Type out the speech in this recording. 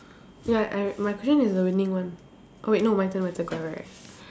ya I my question is the winning one oh wait no my turn my turn correct correct